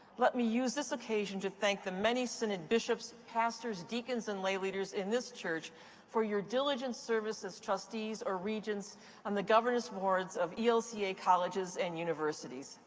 let me use this occasion to thank the many synod bishops, pastors, deacons and lay leaders in this church for your diligent service as trustees or regents on the governance boards of elca colleges and universities.